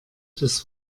das